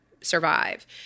Survive